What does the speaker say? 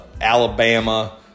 Alabama